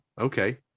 okay